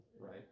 right